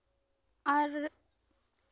ᱟᱨ